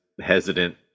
hesitant